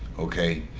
okay?